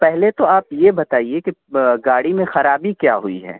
پہلے تو آپ یہ بتائیے کہ گاڑی میں خرابی کیا ہوئی ہے